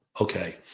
Okay